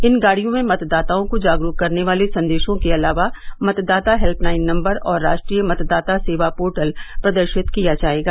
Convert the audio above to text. इन गाडियों में मतदाताओं को जागरूक करने वाले संदेशों के अलावा मतदाता हेल्यलाइन नम्बर और राष्ट्रीय मतदाता सेवा पोर्टल प्रदर्शित किया जाएगा